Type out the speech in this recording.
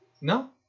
no